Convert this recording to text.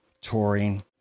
touring